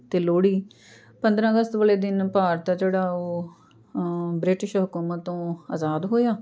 ਅਤੇ ਲੋਹੜੀ ਪੰਦਰਾਂ ਅਗਸਤ ਵਾਲੇ ਦਿਨ ਭਾਰਤ ਆ ਜਿਹੜਾ ਉਹ ਬ੍ਰਿਟਿਸ਼ ਹਕੂਮਤ ਤੋਂ ਆਜ਼ਾਦ ਹੋਇਆ